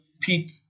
Pete